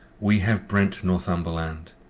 we have brente northumberland,